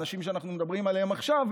האנשים שאנחנו מדברים עליהם עכשיו,